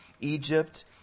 Egypt